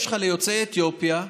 יש לך ליוצאי אתיופיה,